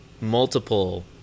multiple